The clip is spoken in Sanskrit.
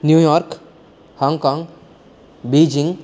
New York Hong Kong Beijing